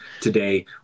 today